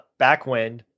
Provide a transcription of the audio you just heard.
backwind